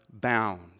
bound